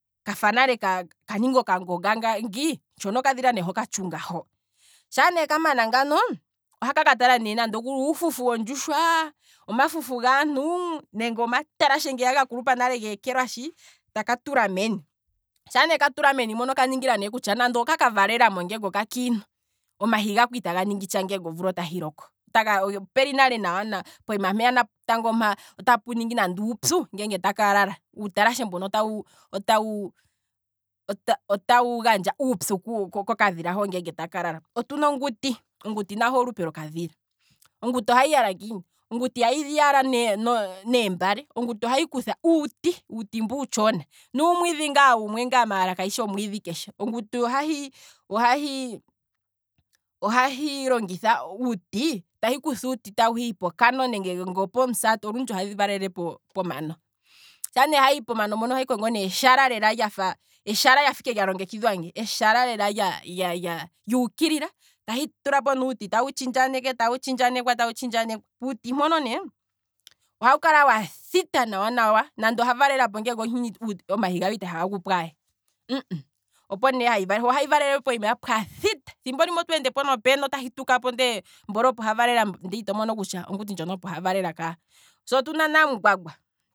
Kafa nale kaninga oka ngonga ngii, shono okadhila nee ha okatshunga, shaa ne kamana ngano ohaka katala ne nande uufufu weendjushwa nenge omafufu gaantu, nenge omatalashe ngeya ga kulupa nale gee kelwashi, taka tulameni, shaa ne katula meni mono okaningila kutya nande okaka valelamo ngenge oka kiintu, omahi gako itaga ningi tsha ngenge omvula otayi loko. opeli nale nawa nawa, pomaa mpeya otapu ningi nenge uupyu ngeenge taka lala, uutalashe mbono otawu otawu otawu gandja uupyu ngeenge taka lala, otuna onguti, onguti ohahi yala ngiini. onguti ihahi yala neembale, ohahi kutha uuti, uuti mbu uutshona, nuumwidhi ngaa wumwe ngaa maala kashishi omwiidhi keshe, onguti ohahi ohahi longitha uuti, tahi kutha uuti tahihi pokano nenge ngoo pomusati maala olundji ohadhi valele pomano, shaa ne hahi pomano mpono ohahi kongo ne eshala, eshal lyafa ike lya longekidhwa ngi, eshala lela lya- lya lyuukilila, tahi tulapo ne uuti tahi tshindjanekwa tawu tshindjanekwa, puuti mpono ne, ohawu kala wathita nawa nawa. nande oha valelapo nge onkiintu, omahi gaho itaga gupo aye, opo ne hahi valele, ho ohahi valele pooma pwathita, thimbo limwe otweendepo nopeno tahi tukapo nde mboli opo ha valela ndee ito mono kutya opo ha valela ka, se otuna namungwangwa